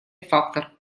фактор